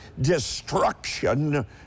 destruction